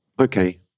okay